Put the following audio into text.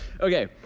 Okay